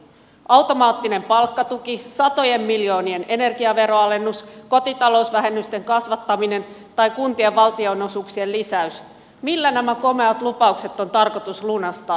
automaattinen palkkatuki satojen miljoonien energiaveroalennus kotitalousvähennysten kasvattaminen tai kuntien valtionosuuksien lisäys millä nämä komeat lupaukset on tarkoitus lunastaa